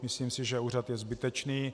Myslím si, že úřad je zbytečný.